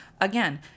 Again